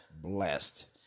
blessed